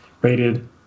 rated